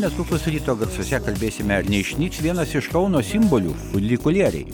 netrukus ryto garsuose kalbėsime ar neišnyks vienas iš kauno simbolių funikulieriai